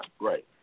Right